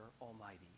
Almighty